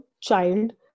child